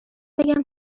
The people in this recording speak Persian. بگم